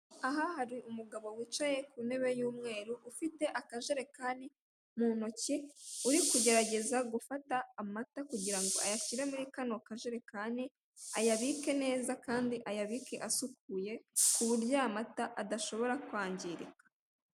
Aha hari umugabo wicaye kuntebe y'umweru, ufite akajerekani mu ntoki uri kugerageza gufata amata kugira ngo ayashyire muri kano kajerekani ayabike neza kandi ayabike asukuye, kuburyo aya mata adashobora kwangirika.